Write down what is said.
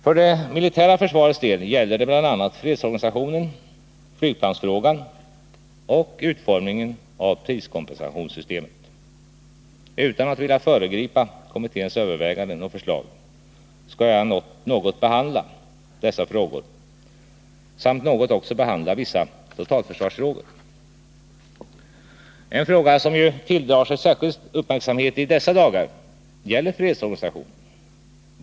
För det militära försvarets del gäller det bl.a. fredsorganisationen, flygplansfrågan och utformningen av priskompensationssystemet. Utan att vilja föregripa kommitténs överväganden och förslag skall jag något behandla dessa frågor samt också något behandla vissa totalförsvarsfrågor. En fråga som tilldrar sig särskild uppmärksamhet i dessa dagar gäller fredsorganisationen.